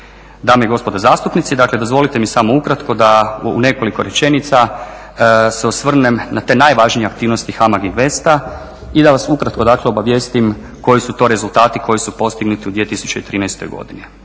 Dame i gospodo zastupnici dakle dozvolite mi samo ukratko da u nekoliko rečenica se osvrnem na te najvažnije aktivnosti HAMAG INVESTA i da vas ukratko dakle obavijestim koji su to rezultati koji su postignuti u 2013. godini.